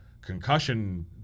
concussion